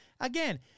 Again